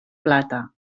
plata